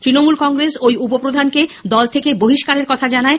তৃমমূল কংগ্রেস ঐ উপপ্রধানকে দল থেকে বহিস্কারের কথা জানায়